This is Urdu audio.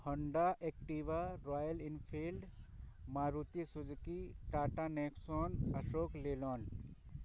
Honda Activa Royal Enfield Maruti Suzuki Tata Nexon Ashok Leyland